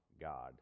God